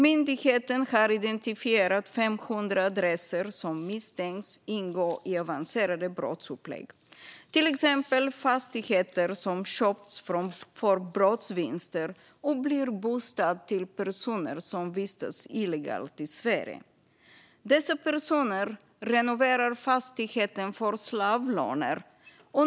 Myndigheten har identifierat 500 adresser som misstänks ingå i avancerade brottsupplägg, till exempel fastigheter som köpts för brottsvinster och blivit bostäder för personer som vistas illegalt i Sverige. Dessa personer renoverar fastigheten till slavlöner.